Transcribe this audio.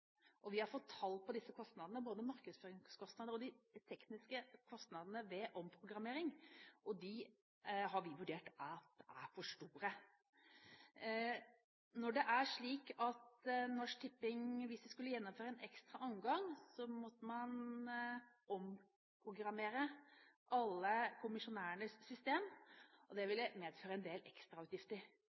Vi har fått tall for disse kostnadene, både markedsføringskostnadene og de tekniske kostnadene ved omprogrammering. Dem har vi vurdert som for store. Hvis Norsk Tipping skulle gjennomføre en ekstra omgang, måtte man omprogrammere alle kommisjonærenes system, og det ville medføre en del